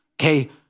okay